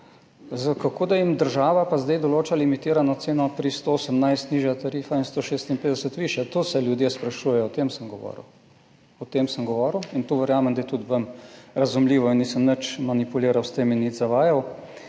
kako da jim država zdaj določa limitirano ceno pri 118 nižja tarifa in 156 višja? To se ljudje sprašujejo in o tem sem govoril. Verjamem, da je tudi vam razumljivo in nisem nič manipuliral s tem in nič zavajal.